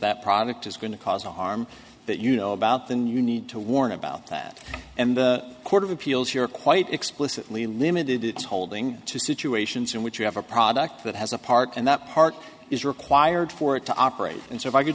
that product is going to cause harm that you know about then you need to warn about that and the court of appeals here quite explicitly limited its holding to situations in which you have a product that has a part and that part is required for it to operate and so if i could